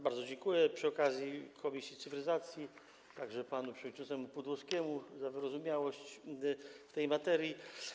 Bardzo dziękuję przy okazji komisji cyfryzacji, także panu przewodniczącemu Pudłowskiemu, za wyrozumiałość w tej materii.